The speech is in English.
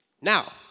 Now